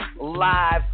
live